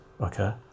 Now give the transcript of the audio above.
okay